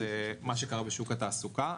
זה מה שקרה בשוק התעסוקה.